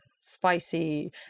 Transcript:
Spicy